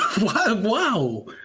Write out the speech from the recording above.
Wow